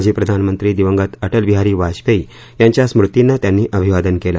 माजी प्रधानमंत्री दिवंगत अटल बिहारी वाजपेयी यांच्या स्मृतींना त्यांनी अभिवादन केलं